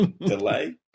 Delay